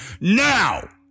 now